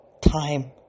time